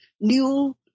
new